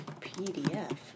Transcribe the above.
PDF